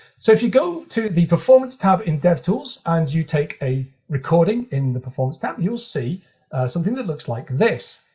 so if you go to the performance tab in devtools, and you take a recording in the performance tab, you'll see something that looks like this.